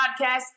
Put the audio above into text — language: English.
podcast